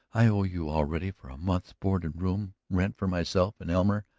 i owe you already for a month's board and room rent for myself and elmer.